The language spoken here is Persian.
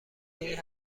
این